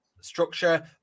structure